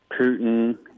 Putin